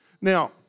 Now